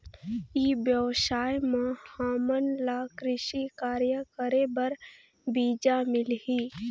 ई व्यवसाय म हामन ला कृषि कार्य करे बर बीजा मिलही?